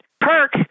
Perk